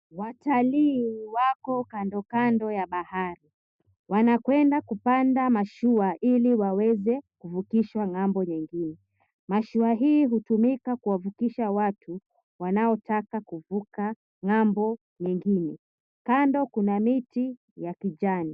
Watalii wako kandokando ya bahari. Wanakwenda kupanda mashua ili waweze kuvukishwa ng'ambo nyingine. Mashua hii hutumika kuwavukisha watu wanaotaka kuvuka ng'ambo nyingine. Kando kuna miti ya kijani.